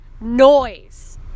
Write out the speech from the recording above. noise